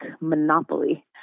monopoly